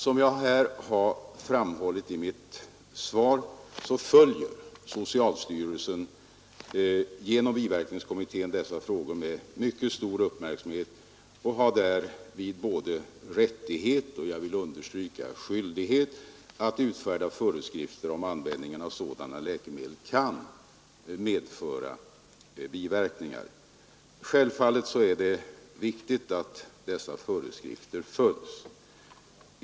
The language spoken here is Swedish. Som jag framhållit i svaret följer socialstyrelsen genom biverkningskommittén dessa frågor med mycket stor uppmärksamhet och har både rättighet och, jag vill understryka det, skyldighet att utfärda föreskrifter rörande användningen av sådana läkemedel som kan medföra biverkningar. Det är givetvis mycket viktigt att de föreskrifterna följs.